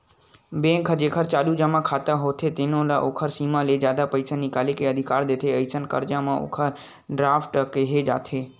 bank म जेखर चालू जमा खाता होथे तेनो ल ओखर सीमा ले जादा पइसा निकाले के अधिकार देथे, अइसन करजा ल ओवर ड्राफ्ट केहे जाथे